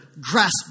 grasp